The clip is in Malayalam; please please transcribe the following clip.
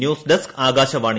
news desk Akashvani